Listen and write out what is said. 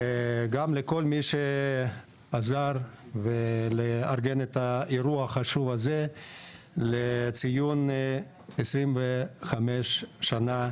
וגם לכל מי עזר לארגן את האירוע החשוב הזה לציון 25 שנים,